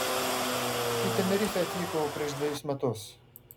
į tenerifę atvykau prieš dvejus metus